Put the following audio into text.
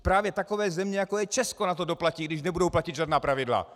Vždyť právě takové země, jako je Česko, na to doplatí, když nebudou platit žádná pravidla.